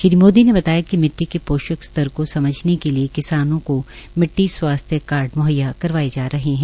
श्री मोदी ने कहा कि मिट़टी के पोषक स्तर को समझने के लिए किसानों को मिट़टी स्वास्थय कार्ड मुहैया करवाए जा रहे हैं